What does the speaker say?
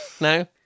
No